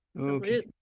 okay